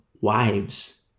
wives